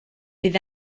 bydd